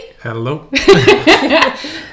Hello